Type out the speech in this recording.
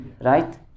right